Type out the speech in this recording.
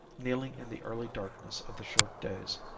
kneeling in the early darkness of the short days,